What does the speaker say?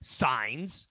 signs